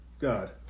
God